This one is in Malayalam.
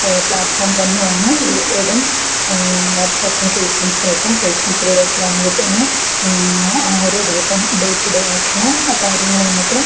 പ്ലാറ്റ്ഫോം തന്നെയാണ് യൂട്യൂബും വാട്ട്സാപ്പും ഫേസ്ബുക്കും ഒക്കെ ഫേസ്ബുക്കിലൂടെയൊക്കെ ആണെങ്കിൽ തന്നെ ഓരോ ദിവസം ഡേ ടു ഡേ ആയിട്ടുള്ള കാര്യങ്ങൾ നമുക്ക്